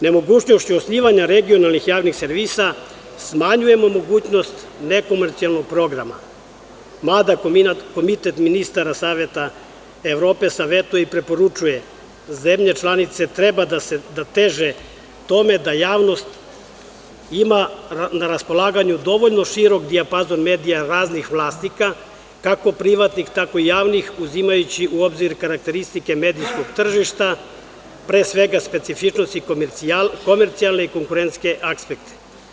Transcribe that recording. Nemogućnošću osnivanja regionalnih javnih servisa, smanjujemo mogućnost nekomercijalnog programa, mada Komitet ministara Saveta Evrope savetuje i preporučuje da zemlje članice treba da teže tome da javnost ima na raspolaganju dovoljno širok dijapazon medija raznih vlasnika, kako privatnih, tako javnih, uzimajući u obzir karakteristike medijskog tržišta, pre svega specifičnosti komercijalne i konkurentske aspekte.